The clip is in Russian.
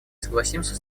согласимся